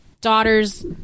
daughter's